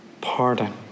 pardon